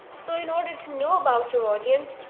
so in order to know about your audience.